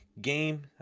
game